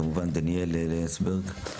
וכמובן דניאל לנדסברגר.